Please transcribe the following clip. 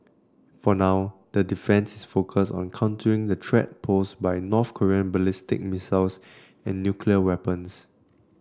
for now that defence is focused on countering the threat posed by North Korean ballistic missiles and nuclear weapons